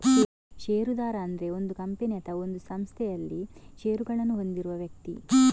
ಷೇರುದಾರ ಅಂದ್ರೆ ಒಂದು ಕಂಪನಿ ಅಥವಾ ಒಂದು ಸಂಸ್ಥೆನಲ್ಲಿ ಷೇರುಗಳನ್ನ ಹೊಂದಿರುವ ವ್ಯಕ್ತಿ